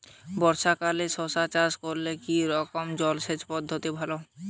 বর্ষাকালে শশা চাষ করলে কি রকম জলসেচ পদ্ধতি ভালো?